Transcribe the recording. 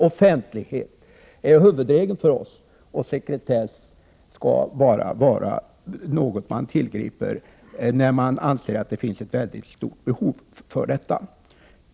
Offentlighet är huvudregeln för oss, och sekretess skall bara vara någonting man tillgriper när det anses finnas ett mycket stort behov för detta.